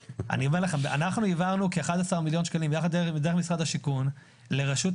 אנחנו העברנו כ-11 מיליון שקלים דרך משרד השיכון לרשות